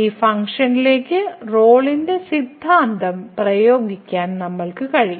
ഈ ഫംഗ്ഷനിലേക്ക് റോളിന്റെ സിദ്ധാന്തം പ്രയോഗിക്കാൻ നമ്മൾക്ക് കഴിയും